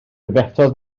fethodd